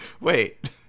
Wait